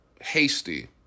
hasty